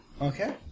Okay